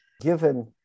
given